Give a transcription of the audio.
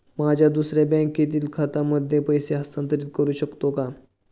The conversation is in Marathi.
माझ्या दुसऱ्या बँकेतील खात्यामध्ये पैसे हस्तांतरित करू शकतो का?